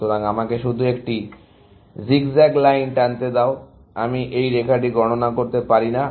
সুতরাং আমাকে শুধু একটি জিগজ্যাগ লাইন আঁকতে দাও আমি এই রেখাটি গণনা করতে পারি না